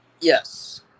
Yes